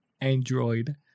Android